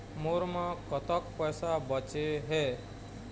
मोर म कतक पैसा बचे हे?